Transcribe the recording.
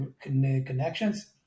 connections